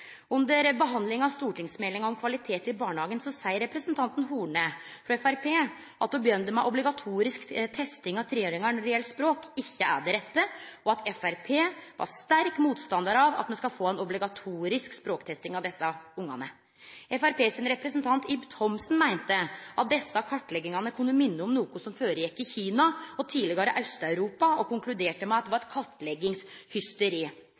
Under behandlinga av stortingsmeldinga om kvalitet i barnehagen seier representanten Horne frå Framstegspartiet at å begynne med obligatorisk testing av treåringar når det gjeld språk, ikkje er det rette, og at Framstegspartiet er sterk motstandar av at ein skal få ei obligatorisk språktesting av desse ungane. Framstegspartiets representant Ib Thomsen meinte at desse kartleggingane kunne minne om noko som gjekk føre seg i Kina og i tidlegare Aust-Europa, og konkluderte med at det var